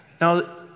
Now